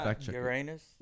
Uranus